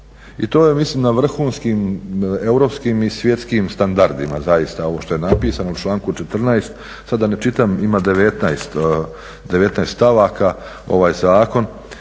I to je mislim na vrhunskim europskim i svjetskim standardima zaista ovo što je napisano u članku 14. Sad da ne čitam, ima 19 stavaka ovaj zakon,